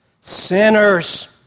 sinners